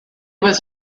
was